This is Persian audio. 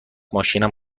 ماشینم